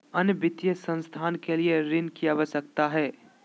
अन्य वित्तीय संस्थाएं के लिए ऋण की उपलब्धता है?